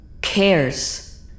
cares